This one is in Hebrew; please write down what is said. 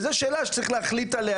וזו שאלה שצריך להחליט עליה,